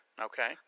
Okay